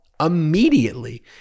immediately